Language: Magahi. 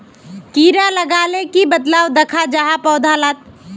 कीड़ा लगाले की बदलाव दखा जहा पौधा लात?